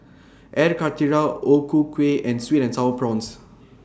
Air Karthira O Ku Kueh and Sweet and Sour Prawns